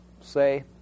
say